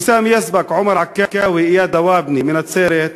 ויסאם יזבק, עומר עכאווי ואיאד לואבנה מנצרת,